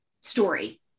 story